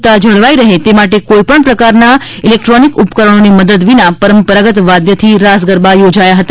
આ ક્રૃતિઓની મૂળભૂતતા જળવાઈ રહે તે માટે કોઈ પણ પ્રકારના ઇલેકટ્રોનિક ઉપકરણોની મદદ વિના પરંપરાગત વાદ્યથી રાસ ગરબા યોજાયા હતા